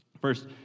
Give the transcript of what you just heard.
First